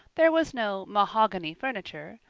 there was no mahogany furniture,